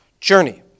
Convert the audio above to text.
journey